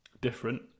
different